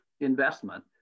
investment